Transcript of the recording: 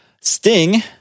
Sting